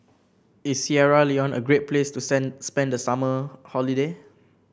is Sierra Leone a great place to sand spend the summer holiday